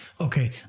Okay